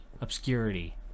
obscurity